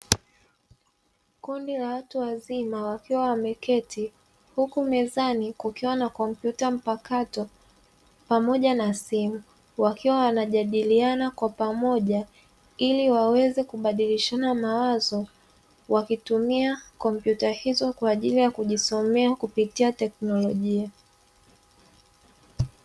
Kundi la watu wazima wakiwa wameketi huku mezani kukiwa na kompyuta mpakato pamoja na simu, wakiwa wanajadiliana kwa pamoja ili waweze kubadilishana mawazo, wakitumia kompyuta hizo kwa ajili ya kujisomea kupitia teknolojia.